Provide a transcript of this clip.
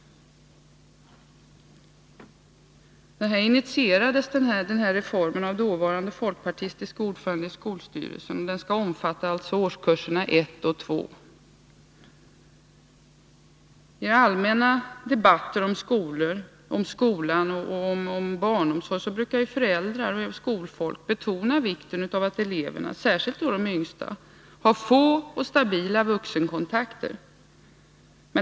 Reformen initierades av den dåvarande folkpartistiske ordföranden i skolstyrelsen, och den skall omfatta årskurserna 1 och 2. Tallmänna debatter om skolan och om barnomsorgen brukar föräldrar och skolfolk betona vikten av att barnen, särskilt de yngsta, har få och stabila vuxenkontakter.